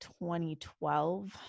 2012